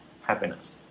happiness